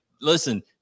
listen